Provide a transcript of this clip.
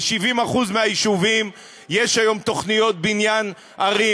ל-70% מהיישובים יש היום תוכניות בניין ערים.